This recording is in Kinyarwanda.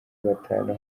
batanu